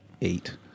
eight